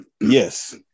Yes